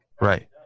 Right